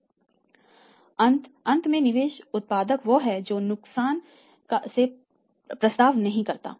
इसलिए अंत में निवेश उत्पादक वह है जो नुकसान का प्रस्ताव नहींकराता